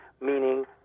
meaning